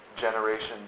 generation